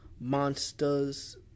monsters